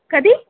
कति